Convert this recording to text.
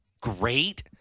great